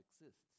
exists